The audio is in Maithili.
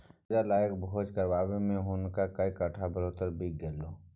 करजा लकए भोज करय मे हुनक कैकटा ब्रहमोत्तर बिका गेलै